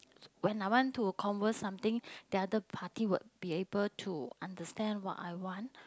when I want to converse something the other party would be able to understand what I want